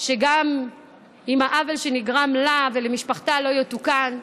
שגם אם העוול שנגרם לה ולמשפחתה לא יתוקן,